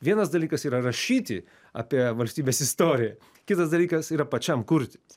vienas dalykas yra rašyti apie valstybės istoriją kitas dalykas yra pačiam kurti